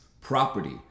property